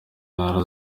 ntara